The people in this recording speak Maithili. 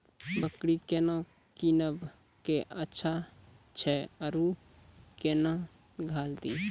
बकरी केना कीनब केअचछ छ औरू के न घास दी?